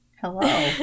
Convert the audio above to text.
Hello